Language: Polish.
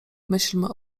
myślmy